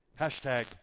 Hashtag